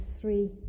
three